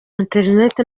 internet